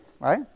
right